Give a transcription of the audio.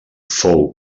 fou